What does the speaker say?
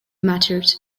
muttered